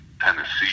Tennessee